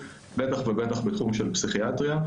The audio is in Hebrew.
בטח ובטח בתחום של פסיכיאטריה,